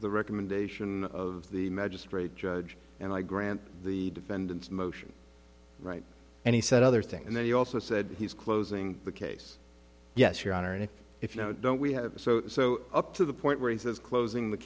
the recommendation of the magistrate judge and i grant the defendant's motion right and he said other things and then he also said he's closing the case yes your honor and if you know don't we have so so up to the point where he says closing the